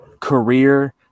career